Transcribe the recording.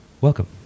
welcome